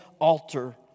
altar